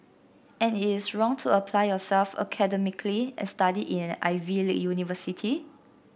and it is wrong to apply yourself academically and study in an Ivy league university